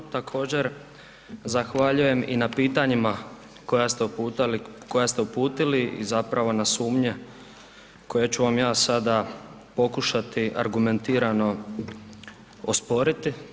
Također zahvaljujem i na pitanjima koja ste uputili i zapravo na sumnje koje ću vam ja sada pokušati argumentirano osporiti.